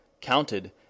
counted